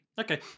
Okay